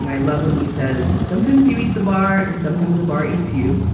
and i love when he says, sometimes, you eat the bar, and sometimes, the bar eats you.